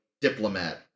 diplomat